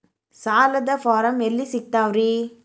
ಸಾಲದ ಫಾರಂ ಎಲ್ಲಿ ಸಿಕ್ತಾವ್ರಿ?